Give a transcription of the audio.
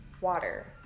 water